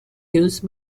use